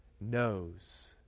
knows